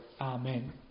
Amen